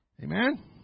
Amen